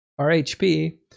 RHP